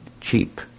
cheap